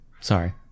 Sorry